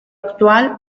actual